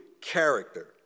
character